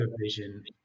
vision